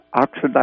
oxidize